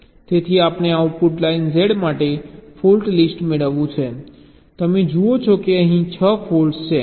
તેથી આપણે output line Z માટે ફોલ્ટ લિસ્ટ મેળવ્યું છે તમે જુઓ છો કે અહીં 6 ફોલ્ટ્સ છે